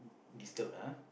disturb lah uh